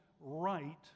right